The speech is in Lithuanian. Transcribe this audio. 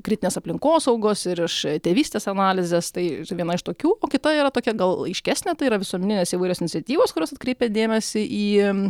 kritinės aplinkosaugos ir iš tėvystės analizės tai viena iš tokių o kita yra tokia gal aiškesnė tai yra visuomeninės įvairios iniciatyvos kurios atkreipia dėmesį į